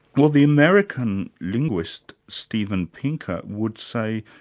well the american linguist, stephen pinker, would say,